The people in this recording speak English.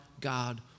God